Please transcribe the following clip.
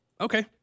Okay